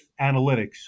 analytics